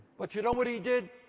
but you know what he did?